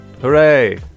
Hooray